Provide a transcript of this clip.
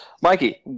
Mikey